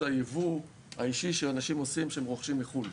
היבוא האישי שאנשים עושים כשהם רוכשים מחו"ל.